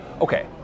okay